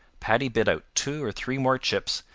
paddy bit out two or three more chips,